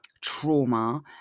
trauma